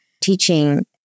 teaching